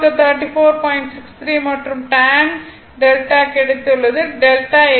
63 மற்றும் tan δ கிடைத்துள்ளது δ 18